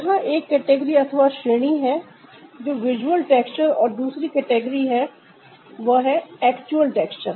यहां एक कैटेगरी अथवा श्रेणी है जो विजुअल टेक्सचर और दूसरी कैटेगरी है वह है एक्चुअल टेक्सचर